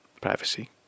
Privacy